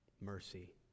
mercy